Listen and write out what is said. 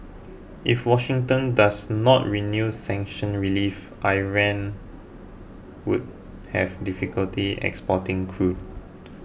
if Washington does not renew sanctions relief Iran would have difficulty exporting crude